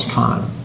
time